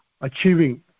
achieving